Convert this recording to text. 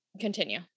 continue